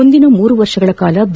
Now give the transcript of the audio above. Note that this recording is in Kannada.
ಮುಂದಿನ ಮೂರು ವರ್ಷಗಳ ಕಾಲ ಬಿ